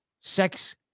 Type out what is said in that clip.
sex